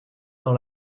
dans